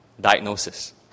diagnosis